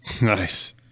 Nice